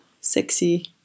sexy